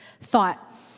thought